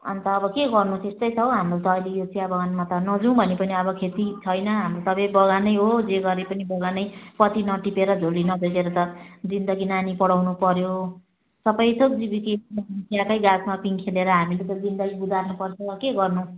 अनि त अब के गर्नु त्यस्तै छ हौ हाम्रो त अहिले यो चियाबगानमा त नजाऔँ भने पनि अब खेती छैन हाम्रो त अब यही बगानै हो जे गरे पनि बगानै पत्ती नटिपेर धुली नभिजेर त जिन्दगी नानी पढाउनु पऱ्यो सबैथोक जीविका चियाकै गाँछमा पिङ खेलेर हामीले त जिन्दगी गुजार्नुळळपर्छ के गर्नु